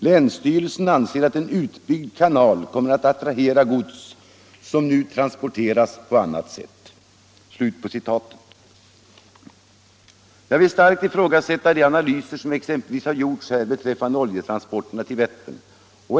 Länsstyrelsen anser att en utbyggd kanal kommer att attrahera gods som nu transporteras på annat sätt.” Jag vill starkt ifrågasätta de analyser som t.ex. gjorts beträffande oljetransporterna till Vättern.